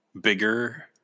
bigger